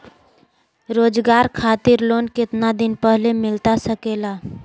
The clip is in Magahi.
रोजगार खातिर लोन कितने दिन पहले मिलता सके ला?